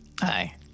Hi